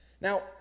Now